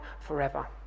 forever